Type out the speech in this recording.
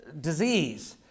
disease